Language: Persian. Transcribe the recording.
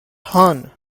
هان